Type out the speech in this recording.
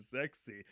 sexy